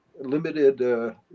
limited